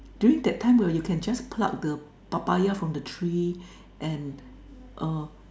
during that time where you can just pluck the papaya from the tree and err